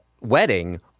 wedding